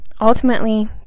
Ultimately